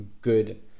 good